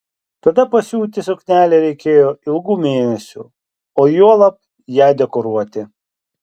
tada pasiūti suknelę reikėjo ilgų mėnesių o juolab ją dekoruoti